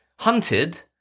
Hunted